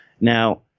Now